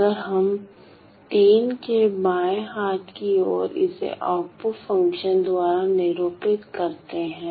अगर हम के बाएं हाथ की ओर इसे आउटपुट फंक्शन द्वारा निरूपित करते हैं